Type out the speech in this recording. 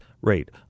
rate